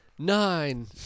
Nine